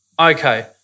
okay